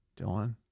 Dylan